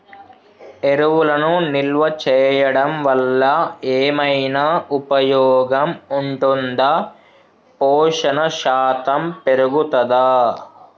ఎరువులను నిల్వ చేయడం వల్ల ఏమైనా ఉపయోగం ఉంటుందా పోషణ శాతం పెరుగుతదా?